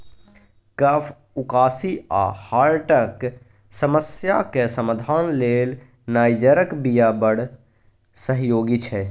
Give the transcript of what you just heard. कफ, उकासी आ हार्टक समस्याक समाधान लेल नाइजरक बीया बड़ सहयोगी छै